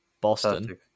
Boston